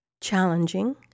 challenging